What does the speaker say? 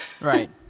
Right